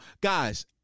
guys